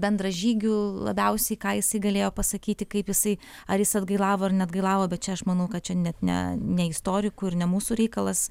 bendražygių labiausiai ką jis galėjo pasakyti kaip jisai ar jis atgailavo ir neatgailavo bet čia aš manau kad čia net ne ne istorikų ir ne mūsų reikalas